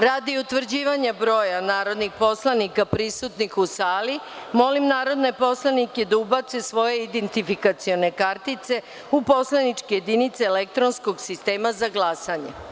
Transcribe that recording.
Radi utvrđivanja broja narodnih poslanika prisutnih u sali, molim narodne poslanike da ubace svoje identifikacione kartice u poslaničke jedinice elektronskog sistema za glasanje.